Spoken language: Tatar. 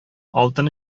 алтын